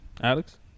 Alex